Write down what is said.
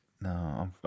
no